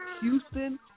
Houston